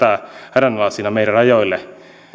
hädänalaisina meidän rajoillemme vaan